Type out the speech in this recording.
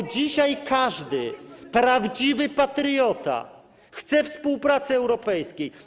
Bo dzisiaj każdy prawdziwy patriota chce współpracy europejskiej.